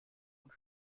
und